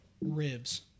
ribs